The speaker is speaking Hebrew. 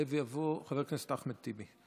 יעלה ויבוא חבר הכנסת אחמד טיבי.